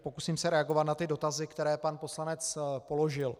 Pokusím se reagovat na dotazy, které pan poslanec položil.